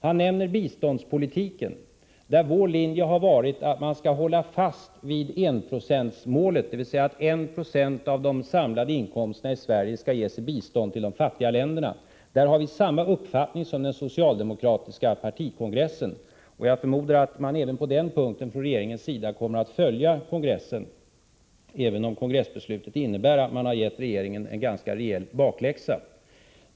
Han nämner biståndspolitiken, där vår linje har varit att man skall hålla fast vid enprocentsmålet, dvs. att 190 av de samlade inkomsterna i Sverige skall ges i bistånd till de fattiga länderna. Där har vi samma uppfattning som den socialdemokratiska partikongressen. Jag förmodar att regeringen också på den punkten kommer att följa kongressen, även om kongressbeslutet innebar att regeringen fick en rejäl bakläxa.